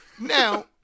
now